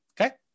Okay